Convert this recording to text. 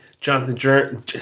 Jonathan